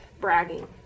bragging